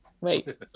Wait